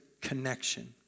connection